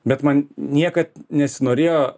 bet man niekad nesinorėjo